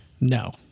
No